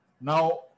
Now